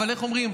אבל איך אומרים,